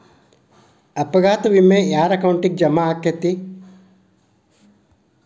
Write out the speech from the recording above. ಅಪಘಾತ ವಿಮೆ ಯಾರ್ ಅಕೌಂಟಿಗ್ ಜಮಾ ಆಕ್ಕತೇ?